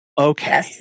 okay